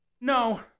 No